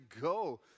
go